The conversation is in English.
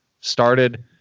started